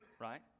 right